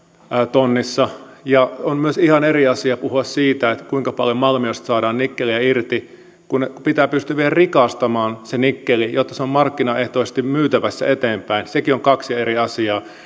tonnissa on myös ihan eri asia puhua siitä kuinka paljon malmiosta saadaan nikkeliä irti kun pitää pystyä vielä rikastamaan se nikkeli jotta se on markkinaehtoisesti myytävissä eteenpäin nekin ovat kaksi eri asiaa